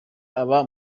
aba